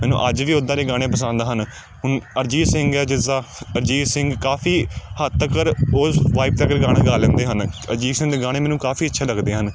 ਮੈਨੂੰ ਅੱਜ ਵੀ ਉਦਾਂ ਦੇ ਗਾਣੇ ਪਸੰਦ ਹਨ ਹੁਣ ਅਰੀਜੀਤ ਸਿੰਘ ਹੈ ਜਿਸ ਦਾ ਅਰੀਜੀਤ ਸਿੰਘ ਕਾਫੀ ਹੱਦ ਤੱਕ ਉਸ ਵਾਈਬ ਤੱਕ ਗਾਣੇ ਗਾ ਲੈਂਦੇ ਹਨ ਅਰੀਜੀਤ ਸਿੰਘ ਦੇ ਗਾਣੇ ਮੈਨੂੰ ਕਾਫੀ ਅੱਛੇ ਲੱਗਦੇ ਹਨ